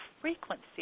frequency